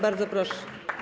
Bardzo proszę.